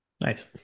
nice